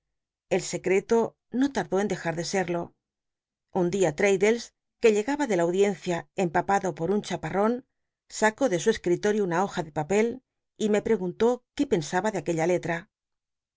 el secreto no tardó en dejar de serlo un di a l'raddles tue llegaba de la audiencia empapado por un chapa rton sacó de su esctitotio una hoj a de papel y me preguntó qué pensaba de aquella lella